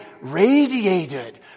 radiated